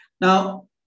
Now